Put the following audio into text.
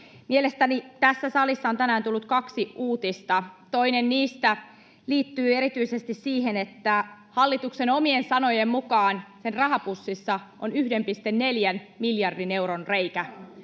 Mielestäni tässä salissa on tänään tullut kaksi uutista. Toinen niistä liittyy erityisesti siihen, että hallituksen omien sanojen mukaan sen rahapussissa on 1,4 miljardin euron reikä.